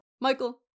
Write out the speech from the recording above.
Michael